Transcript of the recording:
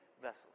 vessels